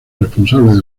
responsables